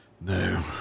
No